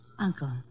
Uncle